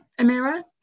Amira